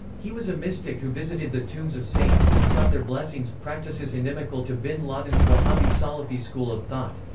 he was a mystic who visited the tombs of saints and sought their blessings practices inimical to bin laden's wahhabi-salafi school of thought.